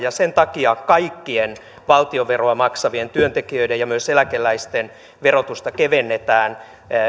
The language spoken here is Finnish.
sen takia kaikkien valtionveroa maksavien työntekijöiden ja myös eläkeläisten verotusta kevennetään